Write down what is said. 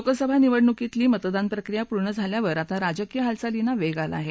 लोकसभा निवडणुकीतली मतदान प्रक्रिया पूर्ण झाल्यावर आता राजकीय हालचालींना वेग आला आहे